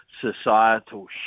societal